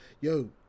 yo